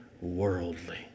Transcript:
worldly